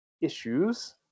issues